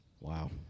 Wow